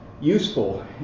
useful